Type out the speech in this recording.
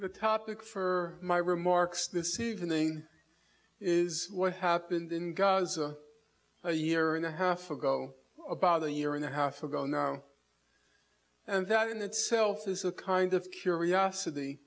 the topic for my remarks this evening is what happened in gaza a year and a half ago about a year and a half ago now and that in itself is a kind of curiosity